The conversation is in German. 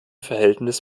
verhältnis